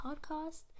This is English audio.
podcast